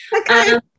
Okay